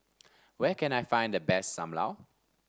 where can I find the best Sam Lau